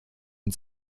und